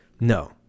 no